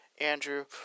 Andrew